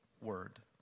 word